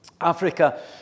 Africa